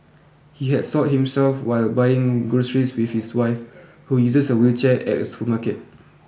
he had soiled himself while buying groceries with his wife who uses a wheelchair at a supermarket